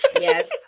yes